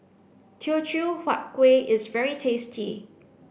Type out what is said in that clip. Teochew Huat Kuih is very tasty